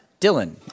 Dylan